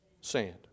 sand